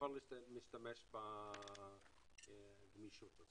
יכולה להשתמש בגמישות הזאת.